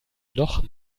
noch